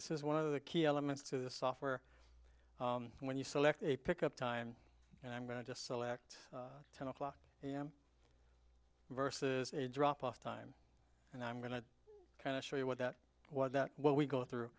this is one of the key elements to the software when you select a pick up time and i'm going to select ten o'clock am versus a drop off time and i'm going to kind of show you what that what that what we go through